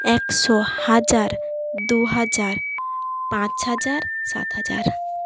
একশো হাজার দুহাজার পাঁচ হাজার সাত হাজার